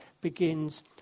begins